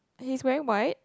he's wearing white